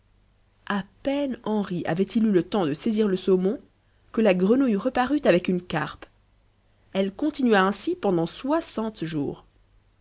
a peine henri avait-il eu le temps de saisir le saumon que la grenouille reparut avec une carpe elle continua ainsi pendant soixante jours